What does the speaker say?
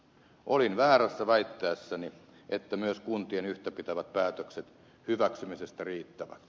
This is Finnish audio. olin väärässä väittäessäni että myös kuntien yhtäpitävät päätökset hyväksymisestä riittävät